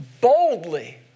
boldly